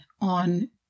on